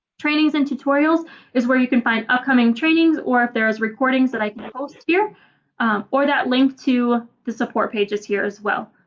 trainings and tutorials is where you can find upcoming trainings or if there is recordings that i here or that link to the support pages here as well.